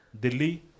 Delhi